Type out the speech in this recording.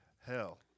Hell